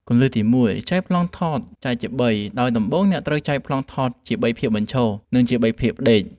គន្លឹះទី១ ចែកប្លង់ថតចែកជាបី ដោយដំបូងអ្នកត្រូវចែកប្លង់ថតជាបីភាគបញ្ឈរ និងជាបីភាគផ្ដេក។